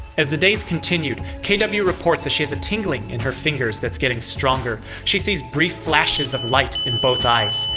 as the days continued, kw reports that she has a tingling in her fingers that's getting stronger. she sees brief flashes of light in both eyes.